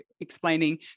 explaining